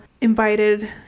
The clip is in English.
invited